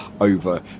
over